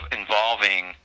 involving